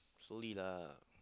slowly lah